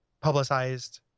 publicized